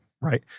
right